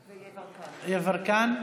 יברקן.